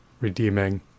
redeeming